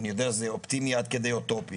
אני יודע, זה אופטימי עד כדי אוטופי.